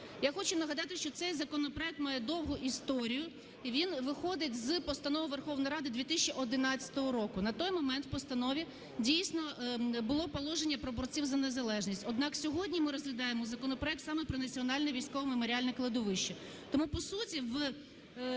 Я хочу нагадати, що цей законопроект має довгу історію. Він виходить з Постанови Верховної Ради 2011 року. На той момент в постанові, дійсно, було положення про борців за незалежність, однак сьогодні ми розглядаємо законопроект саме про Національне військове меморіальне кладовище.